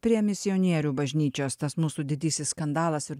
prie misionierių bažnyčios tas mūsų didysis skandalas ir